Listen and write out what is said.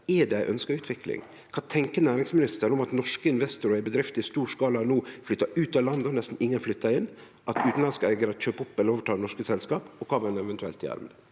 er det ei ønskt utvikling? Kva tenkjer næringsministeren om at norske investorarar i bedrifter i stor skala no flyttar ut av landet, at nesten ingen flyttar inn, og at utanlandske eigarar kjøper opp eller overtek norske selskap – og kva vil han eventuelt gjere med det?